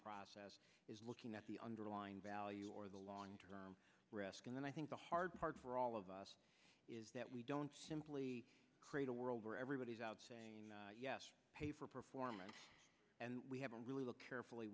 process is looking at the underlying value or the long term risk and i think the hard part for all of us is that we don't simply create a world where everybody is out saying pay for performance and we haven't really looked carefully